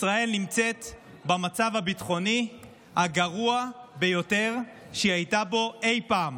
ישראל נמצאת במצב הביטחוני הגרוע ביותר שהיא הייתה בו אי פעם.